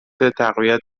تقویت